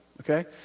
okay